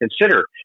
consider